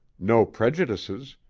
no prejudices,